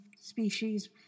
species